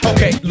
Okay